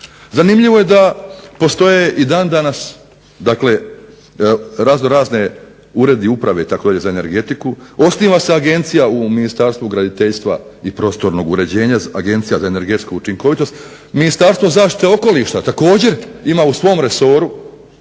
Zanimljivo je da postoje i dan danas raznorazne uprave i uredi za energetiku. Osniva se agencija u Ministarstvu graditeljstva i prostornog uređenja, Agencija za energetsku učinkovitost, Ministarstvo zaštite okoliša također ima u svom resoru